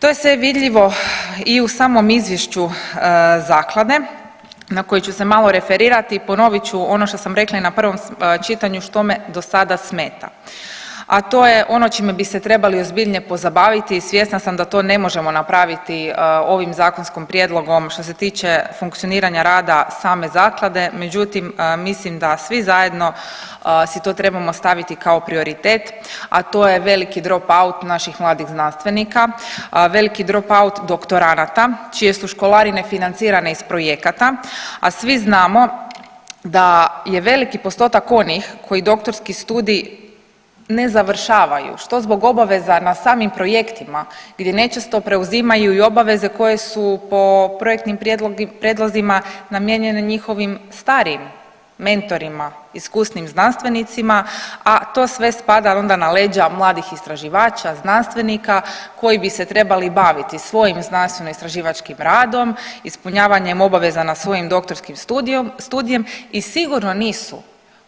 To je sve vidljivo i u samom izvješću zaklade na koji ću se malo referirati i ponovit ću ono što sam rekla i na prvom čitanju što me do sada smeta, a to je ono čime bi se trebali ozbiljnije pozabaviti i svjesna sam da to ne možemo napraviti ovim zakonskim prijedlogom što se tiče funkcioniranja rada same zaklade, međutim mislim da svi zajedno si to trebamo staviti kao prioritet, a to je veliki dropout naših mladih znanstvenika, veliki dropout doktoranata čije su školarine financirane iz projekata, a svi znamo da je veliki postotak onih koji doktorski studij ne završavaju što zbog obaveza na samim projektima gdje ne često preuzimaju i obaveze koje su po projektnim prijedlozima namijenjene njihovim starijim mentorima, iskusnijim znanstvenicima, a to sve spada onda na leđa mladih istraživača, znanstvenika koji bi se trebali baviti svojim znanstveno istraživačkim radom, ispunjavanjem obaveza na svojim doktorskim studijem i sigurno nisu